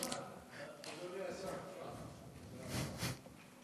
אדוני השר, אפשר הערה?